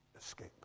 escape